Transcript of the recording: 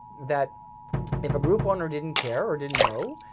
that if a group owner didn't care or didn't know,